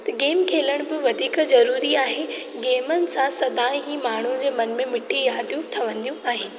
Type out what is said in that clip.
game खेलणु बि वधीक ज़रूरी आहे गेमनि सां सदा ई माण्हू जे मन में मिठी यादियूं ठहंदियूं आहिनि